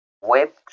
Web